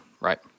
Right